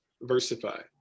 Versify